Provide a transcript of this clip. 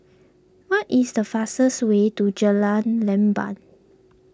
what is the fastest way to Jalan Leban